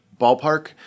ballpark